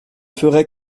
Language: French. ferai